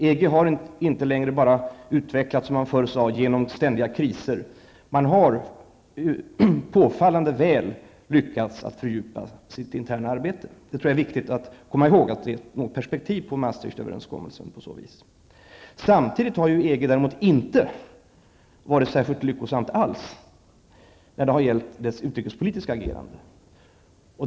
EG har inte längre bara utvecklats, som man förr sade, genom ständiga kriser. Man har påfallande väl lyckats att fördjupa sitt interna arbete. Det tror jag är viktigt att komma ihåg och på så vis få perspektiv på Maastrichtöverenskommelsen. Samtidigt har EG inte varit särskilt lyckosam alls när det har gällt dess utrikespolitiska agerande.